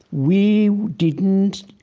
we didn't